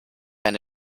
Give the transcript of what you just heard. eine